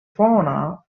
fauna